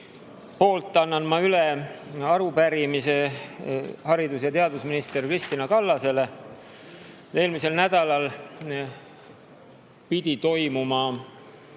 nimel annan ma üle arupärimise haridus‑ ja teadusminister Kristina Kallasele. Eelmisel nädalal pidi toimuma